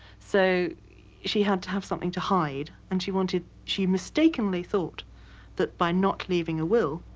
so she had to have something to hide. and she wanted, she mistakenly thought that by not leaving a will,